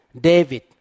David